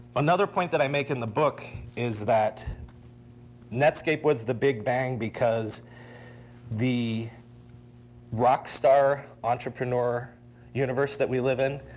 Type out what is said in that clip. another point that i make in the book is that netscape was the big bang because the rock star entrepreneur universe that we live in,